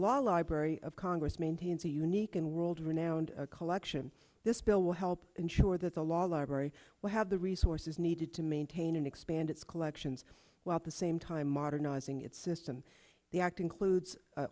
law library of congress maintains a unique and world renowned collection this bill will help ensure that the law library will have the resources needed to maintain and expand its collections while the same time modernizing its system the act includes